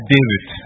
David